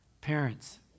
Parents